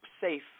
safe